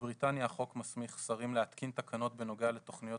בבריטניה החוק מסמיך שרים להתקין תקנות בנוגע לתוכניות